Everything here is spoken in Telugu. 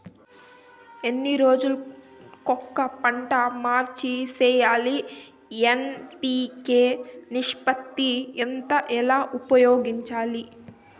ఎన్ని రోజులు కొక పంట మార్చి సేయాలి ఎన్.పి.కె నిష్పత్తి ఎంత ఎలా ఉపయోగించాలి?